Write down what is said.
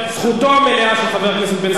זכותו המלאה של חבר הכנסת בן-סימון להזמין אותו.